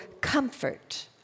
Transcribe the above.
comfort